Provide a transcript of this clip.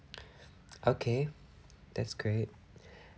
okay that's great